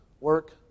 work